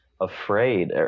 afraid